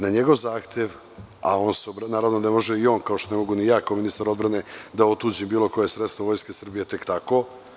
Na njegov zahtev, naravno ne može i on, kao što ne mogu ni ja kao ministar odbrane da otuđim bilo koje sredstvo Vojske Srbije tek tako.